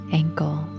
ankle